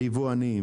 היבואנים,